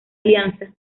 alianza